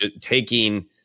taking